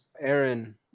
aaron